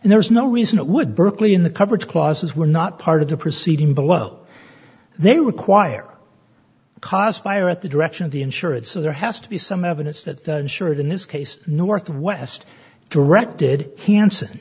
and there's no reason it would burkley in the coverage clauses were not part of the proceeding below they require cost buyer at the direction of the insurance so there has to be some evidence that sure it in this case northwest directed han